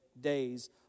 days